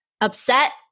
upset